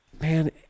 man